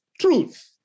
truth